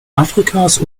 afrikas